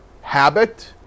habit